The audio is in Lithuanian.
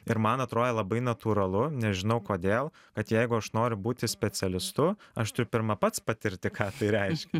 ir man atro labai natūralu nežinau kodėl kad jeigu aš noriu būti specialistu aš turiu pirma pats patirti ką tai reiškia